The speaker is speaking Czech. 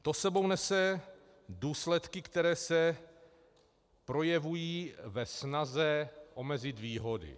To s sebou nese důsledky, které se projevují ve snaze omezit výhody.